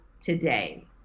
today